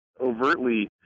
overtly